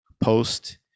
post